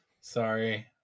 Sorry